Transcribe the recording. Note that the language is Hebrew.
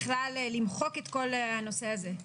בכלל לא מדובר באבטחת מידע אלא בחיסיון רפואי,